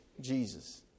Jesus